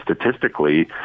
statistically